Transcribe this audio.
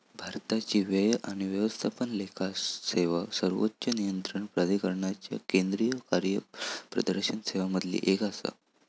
भारताची व्यय आणि व्यवस्थापन लेखा सेवा सर्वोच्च नियंत्रण प्राधिकरणाच्या केंद्रीय कार्यप्रदर्शन सेवांमधली एक आसा